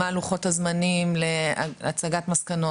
מה לוחות הזמנים להצגת מסקנות?